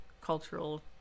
cultural